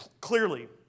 clearly